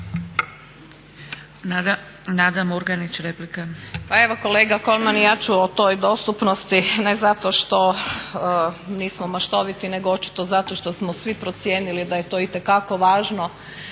Nada Murganić replika.